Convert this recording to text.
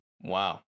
wow